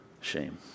shame